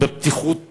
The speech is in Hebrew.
בבטיחות בדרכים.